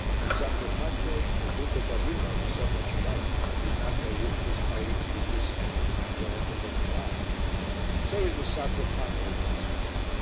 but sacripante and the duca d'avilla were so much alike that i did not know which was fighting and which was standing with angelica looking on say it was sacripante that was fighting,